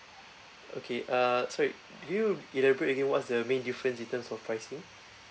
okay uh sorry did you elaborate any what's the main difference in terms of pricing